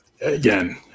Again